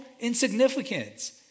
insignificance